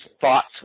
thoughts